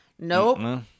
Nope